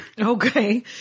Okay